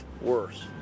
worse